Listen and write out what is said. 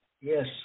Yes